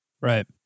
Right